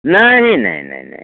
नई नई नई नई